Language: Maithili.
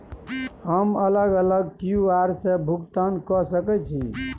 हम अलग अलग क्यू.आर से भुगतान कय सके छि?